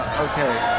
okay,